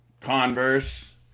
Converse